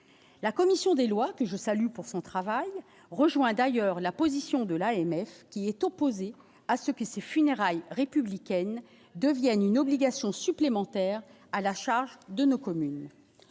la commission des lois, que je salue pour son travail rejoint d'ailleurs la position de l'AMF, qui est opposé à ce que ses funérailles républicaine devienne une obligation supplémentaire à la charge de nos communes,